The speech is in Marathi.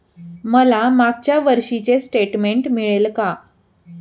मला मागच्या वर्षीचे स्टेटमेंट मिळेल का?